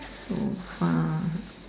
so far